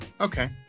Okay